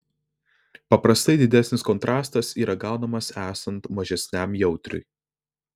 paprastai didesnis kontrastas yra gaunamas esant mažesniam jautriui